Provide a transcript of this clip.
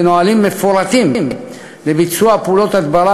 ונהלים מפורטים לביצוע פעולות הדברה